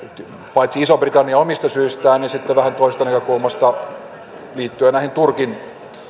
paitsi iso britannia omista syistään niin vähän toisesta näkökulmasta liittyen turkin